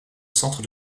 centre